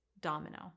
domino